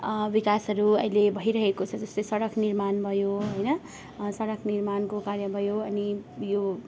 विकासहरू अहिले भइरहेको छ जस्तै सडक निर्माण भयो होइन सडक निर्माणको कार्य भयो अनि यो